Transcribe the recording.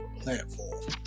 platform